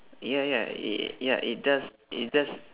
ya ya ya it does it does